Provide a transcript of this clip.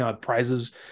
prizes